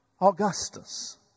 Augustus